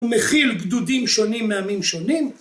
‫ומכיל גדודים שונים מעמים שונים.